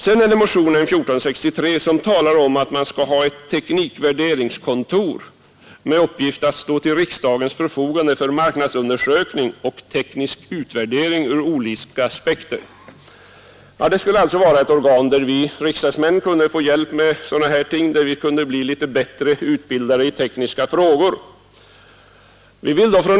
I motionen 1463 talas det om ett teknikvärderingskontor med uppgift att stå till riksdagens förfogande för marknadsundersökning och teknisk utvärdering ur olika aspekter. Det skulle alltså vara ett organ, där vi riksdagsmän kunde få hjälp med sådana här ting och bli litet bättre utbildade i tekniska frågor.